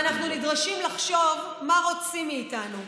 אנחנו נדרשים לחשוב מה רוצים מאיתנו.